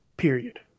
period